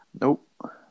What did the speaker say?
Nope